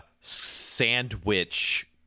sandwich